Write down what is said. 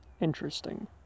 Interesting